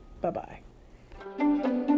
Bye-bye